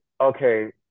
okay